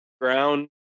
ground